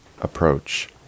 approach